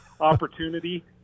opportunity